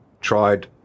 Tried